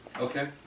Okay